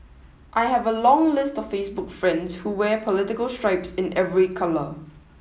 I have a long list of Facebook friends who wear political stripes in every colour